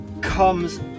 comes